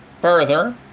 further